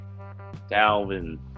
Dalvin